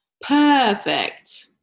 perfect